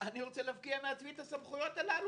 רוצה להפקיע מעצמי את הסמכויות האלה.